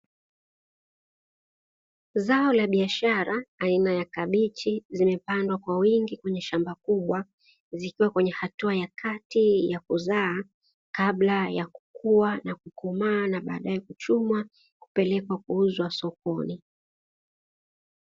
Zao la biashara aina ya kabichi zimepandwa kwa wingi kwenye shamba kubwa zikiwa kwenye hatua ya kati ya kuzaa, kabla ya kukua na kukomaa na baadae kuchumwa kupelekwa kuuzwa sokoni.